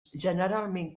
generalment